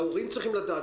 ההורים צריכים לדעת.